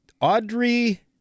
Audrey